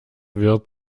wird